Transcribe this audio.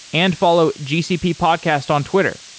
and follow gcp podcast on twitter.